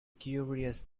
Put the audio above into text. curious